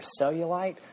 cellulite